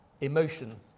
emotion